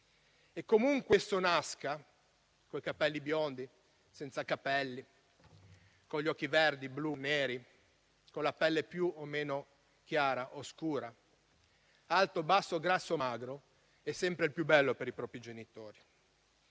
Comunque esso nasca (con capelli biondi, senza capelli, con occhi verdi, blu o neri, con la pelle più o meno chiara o scura, alto o basso, grasso o magro), è sempre il più bello per i propri genitori.